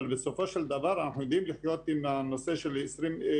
אבל בסופו של דבר אנחנו יודעים לחיות עם הנושא של גורל